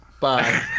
Bye